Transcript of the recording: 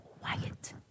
quiet